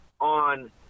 on